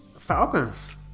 Falcons